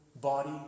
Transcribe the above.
body